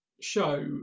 show